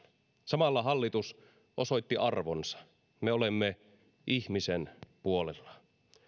samalla hallitus osoitti arvonsa me olemme ihmisen puolella